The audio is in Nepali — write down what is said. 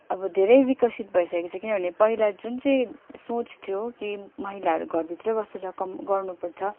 अब धेरै विकसित भइसकेको छ किनभने पहिला जुन चाहिँ सोच थियो कि महिलाहरू घरभित्रै बसेर काम गर्नु पर्छ